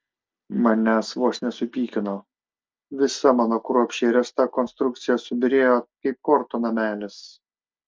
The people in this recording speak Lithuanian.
manęs vos nesupykino visa mano kruopščiai ręsta konstrukcija subyrėjo kaip kortų namelis